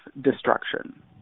destruction